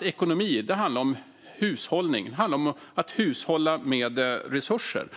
Ekonomi handlar just om hushållning; det handlar om att hushålla med resurser.